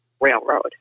railroad